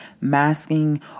masking